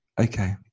Okay